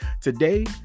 Today